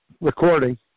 recording